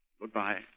Goodbye